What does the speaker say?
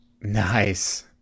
Nice